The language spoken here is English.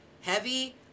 heavy